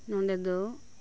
ᱱᱚᱰᱮ ᱫᱚ